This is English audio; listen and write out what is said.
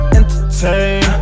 entertain